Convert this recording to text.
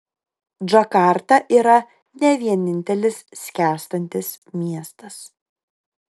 džakarta yra ne vienintelis skęstantis miestas